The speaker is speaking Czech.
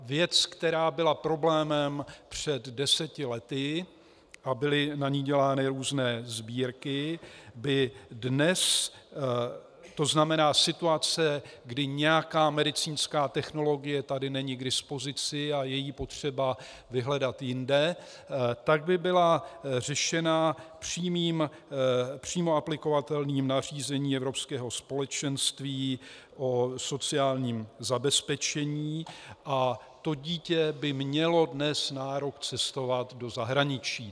Věc, která byla problémem před deseti lety a byly na ni dělány různé sbírky, by dnes, to znamená situace, kdy nějaká medicínská technologie tady není k dispozici a je ji potřeba vyhledat jinde, byla řešena přímo aplikovatelným nařízením Evropského společenství o sociálním zabezpečení a to dítě by mělo dnes nárok cestovat do zahraničí.